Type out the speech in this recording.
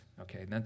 Okay